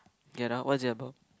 get out what is it about